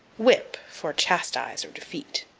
whip for chastise, or defeat.